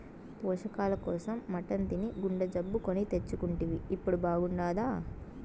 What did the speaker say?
పోషకాల కోసం మటన్ తిని గుండె జబ్బు కొని తెచ్చుకుంటివి ఇప్పుడు బాగుండాదా